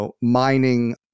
Mining